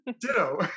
Ditto